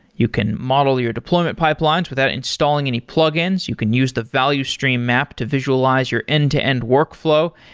you can model your deployment pipelines without installing any plugins. you can use the value stream map to visualize your end-to-end workflow,